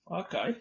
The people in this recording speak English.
okay